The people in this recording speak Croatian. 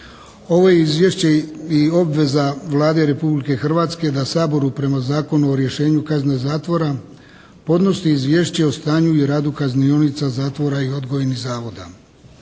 Ovo je izvješće i obveza Vlade Republike Hrvatske da Saboru prema Zakonu o rješenju kazne zatvora podnosi izvješće o stanju i radu kaznionica zatvora i odgojnih zavoda.